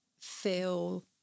feel